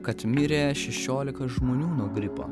kad mirė šešiolika žmonių nuo gripo